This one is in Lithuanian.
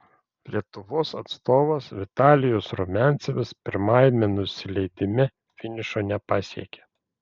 lietuvos atstovas vitalijus rumiancevas pirmajame nusileidime finišo nepasiekė